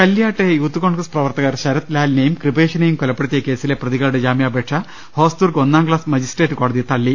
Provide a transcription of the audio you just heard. കല്ല്യോട്ടെ youth Congress പ്രവർത്തകർ ശരത്ലാലിനെയും കൃപേ ഷിനെയും കൊലപ്പെടുത്തിയ കേസില്ലെ പ്രതികളുടെ ജാമ്യാപേക്ഷ ഹോസ്ദുർഗ് ഒന്നാംക്ലാസ് മജിസ്ട്രേറ്റ് കോടതി തള്ളി